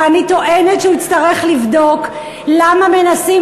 ואני טוענת שהוא יצטרך לבדוק למה מנסים